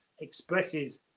expresses